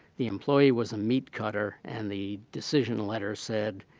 the employer was a meat cutter and the decision letter said,